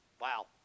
Wow